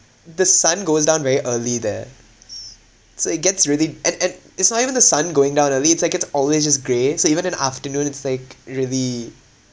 the sun goes down very early there so it gets really and and it's not even the sun going down early it's like it's always just grey so even in the afternoon it's like really